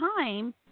time